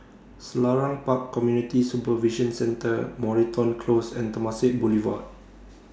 Selarang Park Community Supervision Centre Moreton Close and Temasek Boulevard